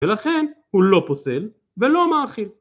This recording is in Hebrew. ולכן הוא לא פוסל ולא מאכיל